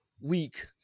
week